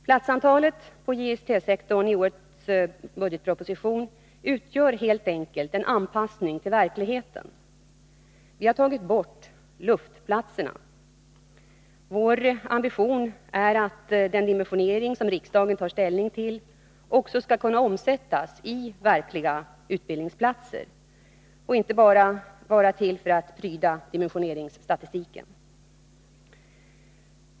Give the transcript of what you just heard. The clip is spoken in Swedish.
Platsantalet på JST-sektorn i årets budgetproposition utgör helt enkelt en anpassning till verkligheten. Vi har tagit bort ”luftplatserna”. Vår ambition är att den dimensionering som riksdagen tar ställning till också skall kunna omsättas i verkliga utbildningsplatser och inte bara vara till för att pryda dimensioneringsstatistiken.